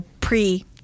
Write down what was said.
pre